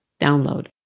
download